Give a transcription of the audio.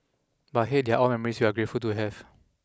but hey they are all memories we're grateful to have